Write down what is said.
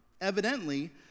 Evidently